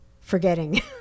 forgetting